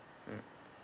mm